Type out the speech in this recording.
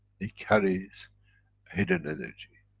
it carries hidden energy.